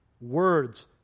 Words